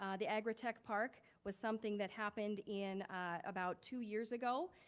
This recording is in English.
um the agritech park was something that happened in about two years ago,